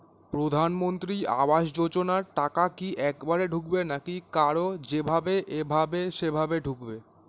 প্রধানমন্ত্রী আবাস যোজনার টাকা কি একবারে ঢুকবে নাকি কার যেভাবে এভাবে সেভাবে ঢুকবে?